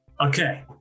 okay